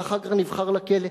ואחר כך נבחר לכנסת,